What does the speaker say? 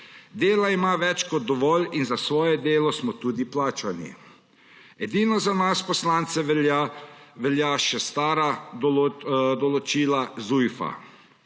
Dela ima več kot dovolj in za svoje delo smo tudi plačani. Edino za nas poslance veljajo še stara določila Zujfa.